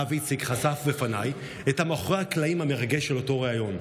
האב איציק חשף בפניי את מאחורי הקלעים המרגש של אותו ריאיון.